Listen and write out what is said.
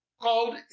called